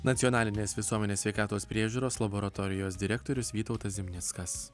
nacionalinės visuomenės sveikatos priežiūros laboratorijos direktorius vytautas zimnickas